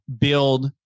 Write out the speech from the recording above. build